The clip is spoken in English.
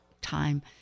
time